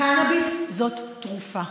קנביס זה תרופה.